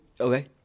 Okay